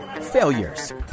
failures